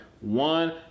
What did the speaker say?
one